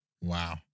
Wow